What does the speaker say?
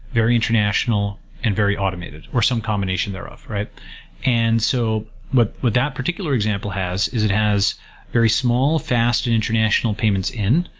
very international, and very automated, or some combination thereof. and so what what that particular example has is it has very small, fast, and international payments in,